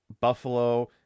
Buffalo